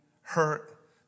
hurt